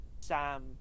Sam